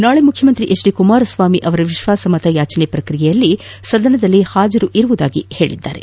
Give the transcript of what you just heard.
ನಾಳನ ಮುಖ್ಚಮಂತ್ರಿ H D Kumaraswamy ಅವರ ವಿಶ್ವಾಸಮತಯಾಚನೆ ಪ್ರಕ್ರಿಯೆಯಲ್ಲಿ ಸದನದಲ್ಲಿ ಹಾಜರಾಗುವುದಾಗಿ ತಿಳಿಸಿದರು